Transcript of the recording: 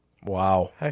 Wow